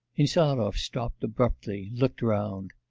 insarov stopped abruptly, looked round.